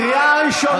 קריאה ראשונה.